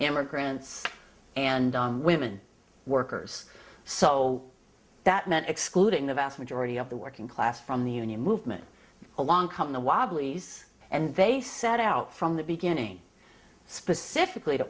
immigrants and on women workers so that meant excluding the vast majority of the working class from the union movement along come the wobblies and they set out from the beginning specifically to